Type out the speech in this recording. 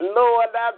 Lord